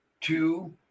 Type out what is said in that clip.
two